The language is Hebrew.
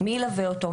מי ילווה אותו,